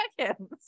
seconds